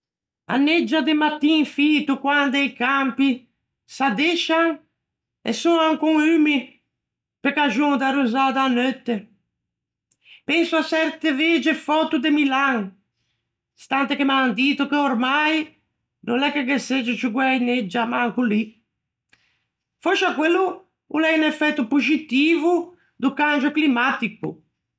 A neggia de mattin fito, quande i campi s'addescian e son ancon umii pe caxon da rozâ da neutte. Penso à çerte vegie föto de Milan, stante che m'an dito che ormai no l'é che ghe segge ciù guæi neggia manco lì. Fòscia quello o l'é un effetto poxitivo do cangio climmatico.